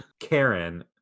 Karen